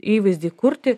įvaizdį kurti